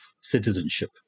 citizenship